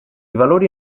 valori